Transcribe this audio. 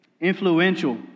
influential